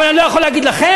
אבל אני לא יכול להגיד לכם?